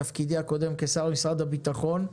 בתפקידי הקודם כשר במשרד הביטחון,